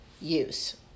use